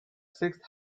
sixth